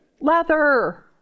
leather